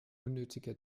unnötige